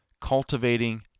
cultivating